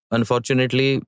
Unfortunately